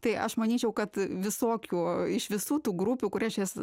tai aš manyčiau kad visokių iš visų tų grupių kurias šias